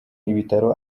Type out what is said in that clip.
ibitaro